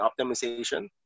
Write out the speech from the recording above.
optimization